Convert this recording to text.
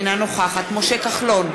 אינה נוכחת משה כחלון,